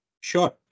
Sure